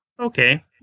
Okay